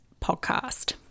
Podcast